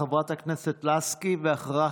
חברת הכנסת לסקי, ואחריה,